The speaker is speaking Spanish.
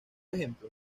ejemplo